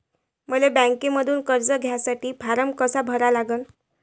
मले बँकेमंधून कर्ज घ्यासाठी फारम कसा भरा लागन?